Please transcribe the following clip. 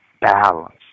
balance